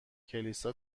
کلیسا